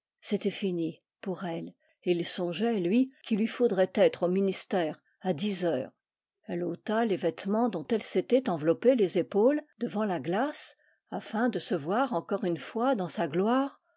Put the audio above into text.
c'était fini pour elle et il songeait lui qu'il lui faudrait être au ministère à dix heures elle ôta les vêtements dont elle s'était enveloppé les épaules devant la glace afin de se voir encore une fois dans sa gloire